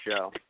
show